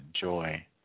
joy